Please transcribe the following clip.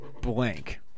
blank